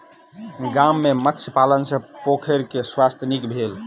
गाम में मत्स्य पालन सॅ पोखैर के स्वास्थ्य नीक भेल